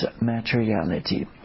materiality